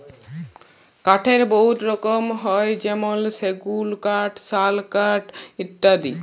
কাঠের বহুত রকম হ্যয় যেমল সেগুল কাঠ, শাল কাঠ ইত্যাদি